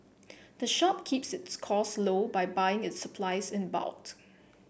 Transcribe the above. the shop keeps its costs low by buying its supplies in bulks